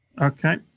Okay